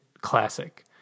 classic